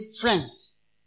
friends